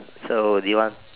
so do you want